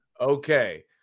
Okay